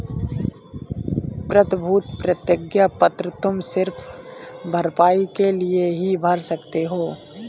प्रतिभूति प्रतिज्ञा पत्र तुम सिर्फ भरपाई के लिए ही भर सकते हो